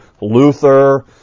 Luther